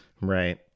Right